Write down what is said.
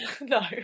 no